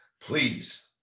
Please